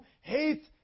hate